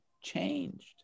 changed